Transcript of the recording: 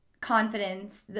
confidence